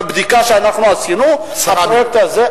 בבדיקה שאנחנו עשינו בפרויקט הזה,